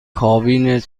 کابین